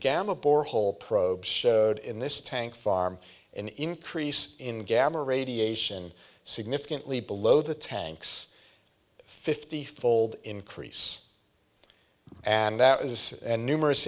gamma borehole probe showed in this tank farm an increase in gamma radiation significantly below the tanks fifty fold increase and that is and numerous